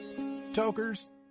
Tokers